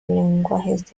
lenguajes